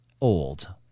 old